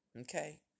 okay